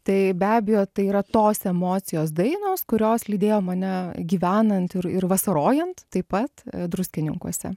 tai be abejo tai yra tos emocijos dainos kurios lydėjo mane gyvenant ir ir vasarojant taip pat druskininkuose